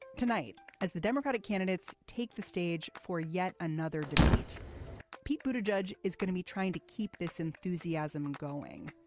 tonight as the democratic candidates take the stage for yet another debate pete but a judge is going to be trying to keep this enthusiasm going.